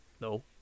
No